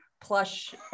plush